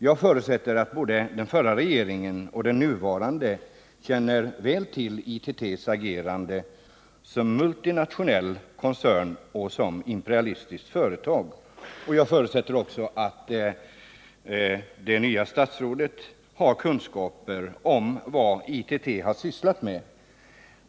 Jag förutsätter att både den förra regeringen och den nuvarande känner väl till ITT:s agerande som multinationell koncern och som imperialistiskt företag. Jag förutsätter också att det nya statsrådet har kunskaper om vad ITT sysslat med.